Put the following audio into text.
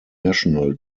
national